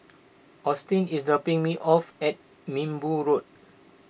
Austin is dropping me off at Minbu Road